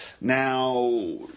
Now